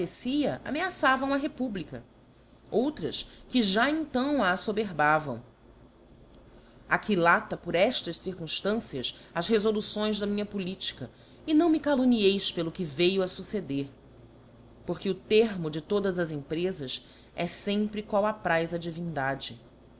parecia ameaçavam a republica outras que já então a aífoberbavam aquilata por eftas circumílancias as refoluções da minha politica e não me calumnies pelo que veiu a fucceder porque o termo de todas as emprefas é fempre qual apraz á divindade